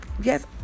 Yes